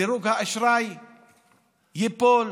דירוג האשראי ייפול,